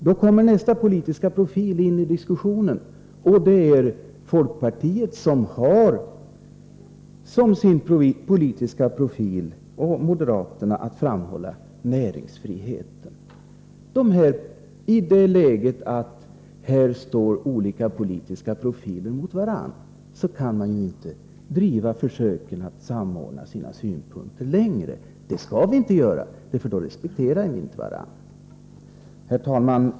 Så kommer nästa fråga om politisk profil in i diskussionen. Det är folkpartiet och moderaterna som har som sin politiska profil att framhålla näringsfriheten. I ett läge där två olika politiska profiler står mot varandra kan man ju inte driva försöken att samordna sina synpunkter längre. Det skall vi inte göra, för då respekterar vi inte varandra. Herr talman!